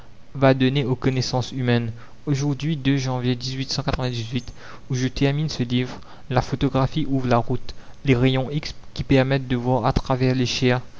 va donner aux connaissances humaines ujourdhui janvier où je termine ce livre la photographie ouvre la route les rayons x qui permettent de voir à travers les chairs